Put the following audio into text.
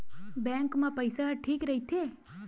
Bank मा पईसा ह ठीक राइथे?